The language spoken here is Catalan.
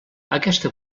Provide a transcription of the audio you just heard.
aquesta